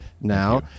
now